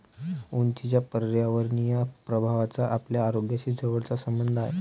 उंचीच्या पर्यावरणीय प्रभावाचा आपल्या आरोग्याशी जवळचा संबंध आहे